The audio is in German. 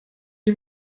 die